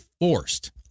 forced